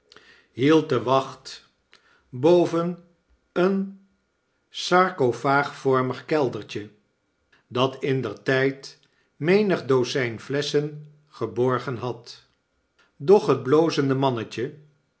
hield de wacht boven een eene huishoudster gevraagd carcophaagvormig keldertje dat indertyd menig dozyn flesschen geborgen had doch het biozende mannetje